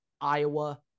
iowa